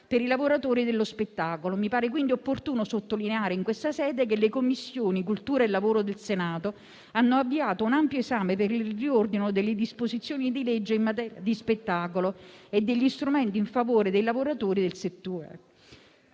per i lavoratori dello spettacolo. Mi sembra quindi opportuno sottolineare in questa sede che le Commissioni 7a e 11a del Senato hanno avviato un ampio esame per il riordino delle disposizioni di legge in materia di spettacolo e degli strumenti in favore dei lavoratori del settore.